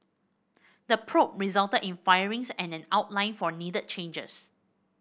the probe resulted in firings and an outline for needed changes